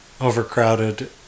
overcrowded